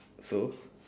so